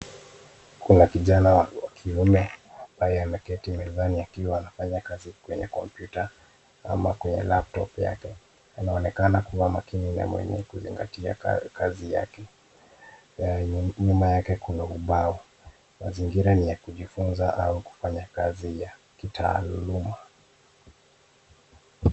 Kuna kijana wa kiume ambaye ameketi mezani akiwa anafanya kazi kwenye kompyuta ama kwenye laptop yake. Anaonekana kuwa makini na mwenye kuzingatia kazi yake. Nyuma yake kuna ubao. Mazingira ni ya kujifunza au kufanya kazi ya kitaalum.